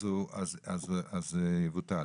אז זה יבוטל.